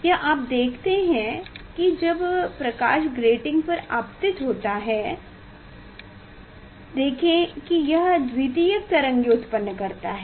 यह आप देखते हैं जब प्रकाश ग्रेटिंग पर आपतित होता है देखें कि यह द्वितीयक तरंगें उत्पन्न करता है